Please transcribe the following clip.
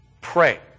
Pray